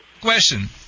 Question